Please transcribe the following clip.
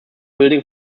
building